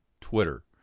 Twitter